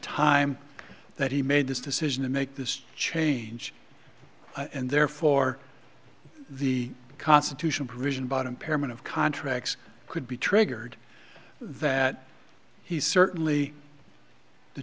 time that he made this decision to make this change and therefore the constitutional provision but impairment of contracts could be triggered that he certainly the